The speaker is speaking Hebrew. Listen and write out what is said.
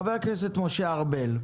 חה"כ משה ארבל,